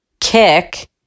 kick